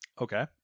Okay